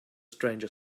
stranger